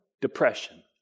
depression